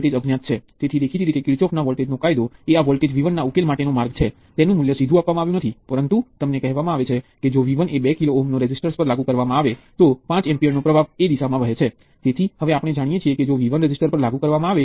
જ્યારે આપણે કહીએ કે V IR છે અથવા આપણે IV ના ગ્રાફમાં 1R ની 1 ના ઢાળ વાળી સીધી લાઇન દોરી શકીએ છીએ આ બંને એક રેઝિસ્ટર ને અનુરૂપ છે